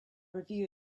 review